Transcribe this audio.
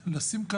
לשים,